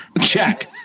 Check